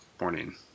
morning